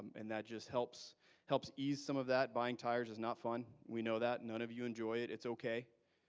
and that just helps helps ease some of that. buying tires is not fun. we know that. none of you enjoy it. it's ok.